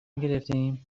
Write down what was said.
گرفتهایم